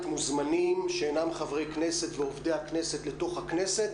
מוזמנים שאינם חברי כנסת ועובדי הכנסת לכנסת,